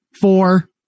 four